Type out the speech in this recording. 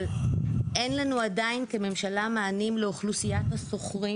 אבל אין לנו עדיין כממשלה מענים לאוכלוסיית השוכרים.